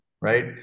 Right